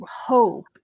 hope